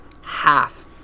half